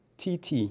tt